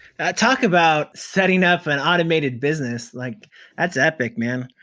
talk about setting up an automated business. like that's epic, man.